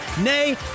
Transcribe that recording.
Nay